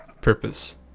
purpose